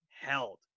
held